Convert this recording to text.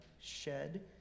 shed